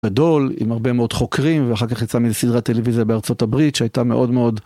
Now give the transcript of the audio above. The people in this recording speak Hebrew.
גדול עם הרבה מאוד חוקרים ואחר כך יצא מזה סדרה טלוויזיה בארה״ב שהייתה מאוד מאוד.